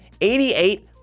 88